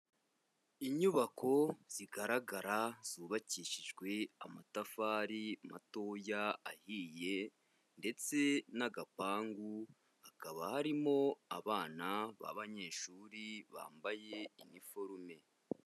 Inyubako zigaragara zubakishijwe amatafari matoya ahiye ndetse n'agapangu, hakaba harimo abana b'abanyeshuri bambaye iniforume.